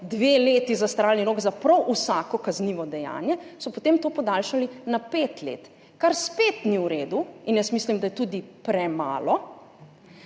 dve leti zastaralni rok za prav vsako kaznivo dejanje, so potem to podaljšali na pet let. Kar spet ni v redu in jaz mislim, da je tudi premalo.